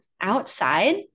outside